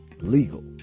legal